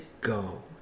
go